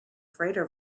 freighter